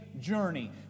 journey